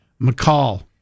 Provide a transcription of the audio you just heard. McCall